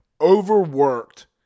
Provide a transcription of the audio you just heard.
overworked